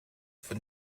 von